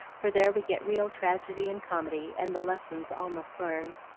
for there we get real tragedy and comedy, and the lessons all must learn.